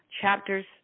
chapters